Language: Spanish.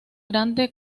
grande